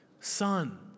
Son